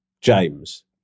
James